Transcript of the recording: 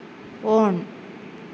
on